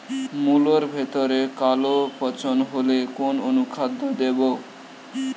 মুলোর ভেতরে কালো পচন হলে কোন অনুখাদ্য দেবো?